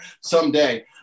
someday